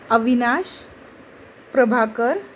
Avinash Prabhakar